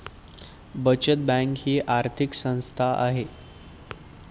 बचत बँक ही आर्थिक संस्था आहे